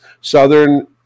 southern